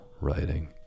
writing